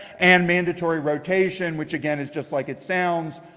and mandatory rotation, which again is just like it sounds,